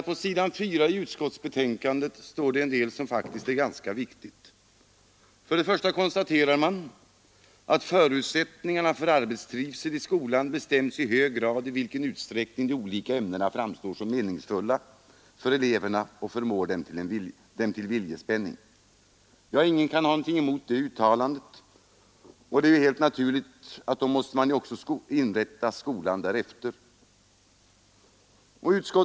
På s. 4 i utskottsbetänkandet står det en del som faktiskt är ganska viktigt. Utskottet konstaterar först att förutsättningarna för arbetstrivsel i skolan ”bestäms i hög grad av i vilken utsträckning de olika ämnena framstår som meningsfulla för eleverna och förmår dem till viljeanspänning”. Ingen kan ha något emot det uttalandet, och det är helt naturligt att då måste man också inrätta skolan därefter.